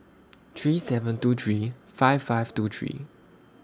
three seven two three five five two three